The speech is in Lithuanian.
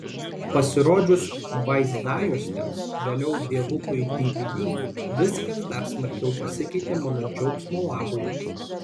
pasirodžius vaizdajuostėms vėliau dievukui dvd viskas dar smarkiau pasikeitė mano džiaugsmo labui